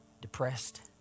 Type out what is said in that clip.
depressed